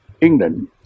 England